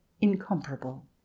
incomparable